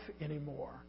anymore